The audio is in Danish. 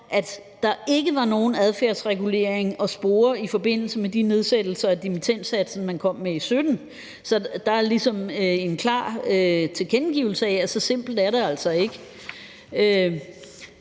at der ikke var noget adfærdsregulering at spore i forbindelse med de nedsættelser af dimittendsatsen, man kom med i 2017, så der er ligesom en klar tilkendegivelse af, at så simpelt er det altså ikke.